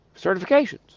certifications